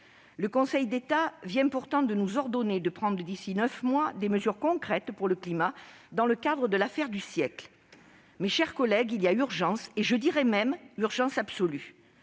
Le Conseil d'État vient pourtant de nous ordonner de prendre d'ici à neuf mois des mesures concrètes pour le climat, dans le cadre de « l'affaire du siècle ». Mes chers collègues, il y a urgence, et même urgence absolue